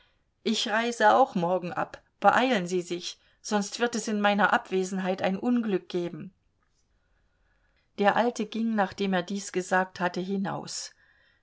ich reise auch morgen ab beeilen sie sich sonst wird es in meiner abwesenheit ein unglück geben der alte ging nachdem er dies gesagt hatte hinaus